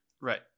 Right